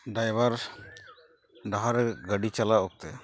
driver ᱰᱟᱦᱟᱨ ᱨᱮ ᱜᱟᱹᱰᱤ ᱪᱟᱞᱟᱣ ᱚᱠᱛᱮ